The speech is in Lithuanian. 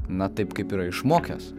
na taip kaip yra išmokęs